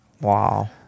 Wow